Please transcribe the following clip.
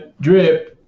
Drip